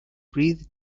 breathe